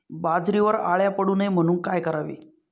बाजरीवर अळ्या पडू नये म्हणून काय करावे?